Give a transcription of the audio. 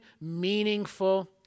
meaningful